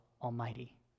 Almighty